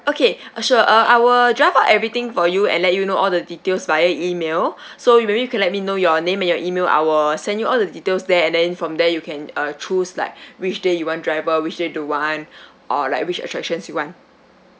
okay uh sure uh I will draft out everything for you and let you know all the details via email so you maybe you can let me know your name and your email I will send you all the details there and then from there you can uh choose like which day you want driver which day don't want or like wish attractions you want